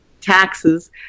taxes